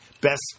Best